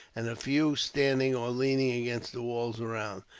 and a few standing or leaning against the walls around.